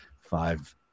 Five